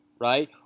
right